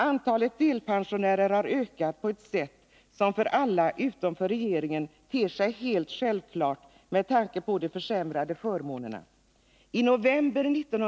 Antalet delpensionärer har ökat på ett sätt som för alla utom för regeringen ter sig helt självklart med tanke på de försämrade förmånerna.